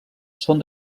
són